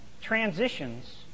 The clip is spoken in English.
transitions